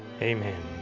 Amen